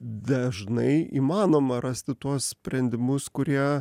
dažnai įmanoma rasti tuos sprendimus kurie